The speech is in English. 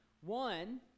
One